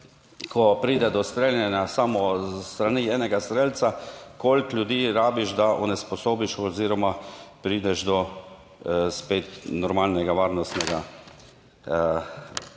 ko pride do streljanja samo s strani enega strelca, koliko ljudi rabiš, da onesposobiš oziroma prideš do spet normalnega varnostnega